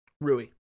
Rui